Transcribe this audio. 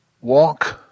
walk